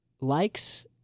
Likes